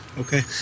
Okay